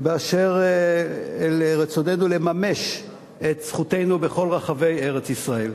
באשר לרצוננו לממש את זכותנו בכל רחבי ארץ-ישראל.